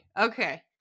okay